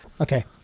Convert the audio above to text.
Okay